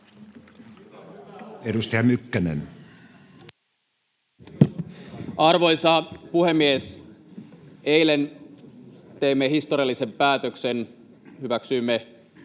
16:21 Content: Arvoisa puhemies! Eilen teimme historiallisen päätöksen: hyväksyimme